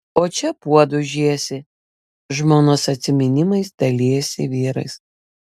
o čia puodus žiesi žmonos atsiminimais dalijasi vyras